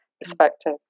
perspective